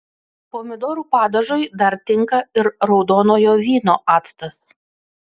pomidorų padažui dar tinka ir raudonojo vyno actas